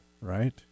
right